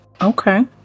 okay